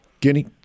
Guinea